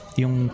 yung